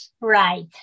Right